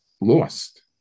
lost